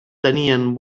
tenien